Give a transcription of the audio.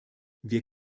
wir